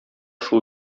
шул